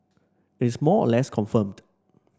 it's more or less confirmed